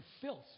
filth